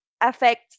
affect